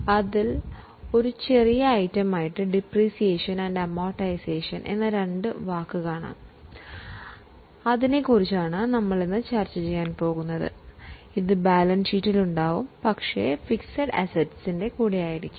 അതായത് ഡിപ്രീസിയേഷനെ ഭാഗത്തും നമ്മൾക്ക് കാണാൻ കഴിയും